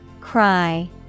Cry